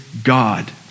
God